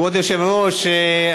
כבוד היושב-ראש,